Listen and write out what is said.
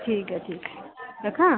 ठीकु आहे ठीकु आहे रखां